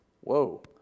whoa